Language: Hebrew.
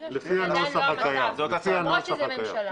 למרות שזה ממשלה.